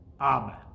Amen